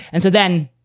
and so then,